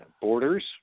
borders